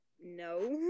no